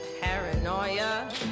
paranoia